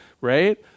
Right